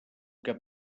que